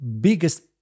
biggest